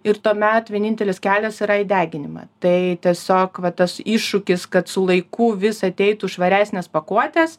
ir tuomet vienintelis kelias yra į deginimą tai tiesiog va tas iššūkis kad su laiku vis ateitų švaresnės pakuotės